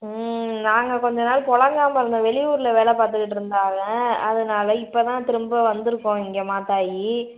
ம் நாங்கள் கொஞ்ச நாள் பொலங்காமல் இருந்தோம் வெளியூரில் வேலை பார்த்துக்கிட்டு இருந்தாங்கள் அதனால் இப்போ தான் திரும்ப வந்துருக்கோம் இங்கே மாத்தாயி